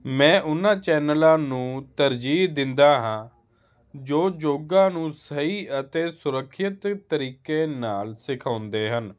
ਮੈਂ ਉਹਨਾਂ ਚੈਨਲਾਂ ਨੂੰ ਤਰਜੀਹ ਦਿੰਦਾ ਹਾਂ ਜੋ ਯੋਗਾ ਨੂੰ ਸਹੀ ਅਤੇ ਸੁਰੱਖਿਤ ਤਰੀਕੇ ਨਾਲ ਸਿਖਾਉਂਦੇ ਹਨ